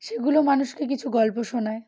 সেগুলো মানুষকে কিছু গল্প শোনায়